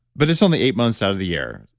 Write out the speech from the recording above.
but it's only eight months out of the year.